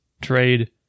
trade